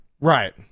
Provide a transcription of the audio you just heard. right